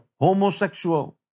Homosexual